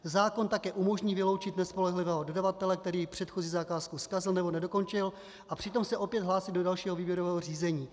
Zákon také umožní vyloučit nespolehlivého dodavatele, který předchozí zakázku zkazil nebo nedokončil, a přitom se opět hlásí do dalšího výběrového řízení.